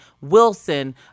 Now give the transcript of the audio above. Wilson